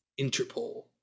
Interpol